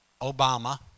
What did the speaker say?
Obama